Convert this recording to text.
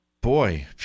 Boy